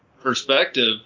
perspective